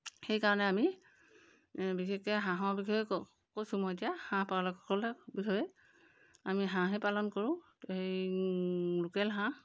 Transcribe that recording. সেইকাৰণে আমি বিশেষকৈ হাঁহৰ বিষয়ে কৈছোঁ মই এতিয়া হাঁহ পালকসকলৰ বিষয়ে আমি হাঁহেই পালন কৰোঁ এই লোকেল হাঁহ